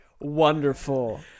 wonderful